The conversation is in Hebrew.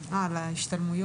וההכשרות?